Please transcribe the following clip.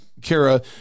Kara